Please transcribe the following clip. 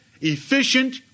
efficient